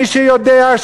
מי שיודע,